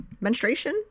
menstruation